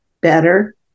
Better